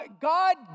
God